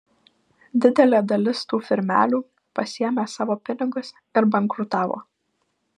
didelė dalis tų firmelių pasiėmė savo pinigus ir bankrutavo